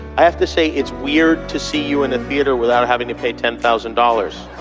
i have to say, it's weird to see you in a theater without having to pay ten thousand dollars.